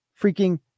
freaking